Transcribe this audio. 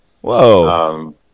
Whoa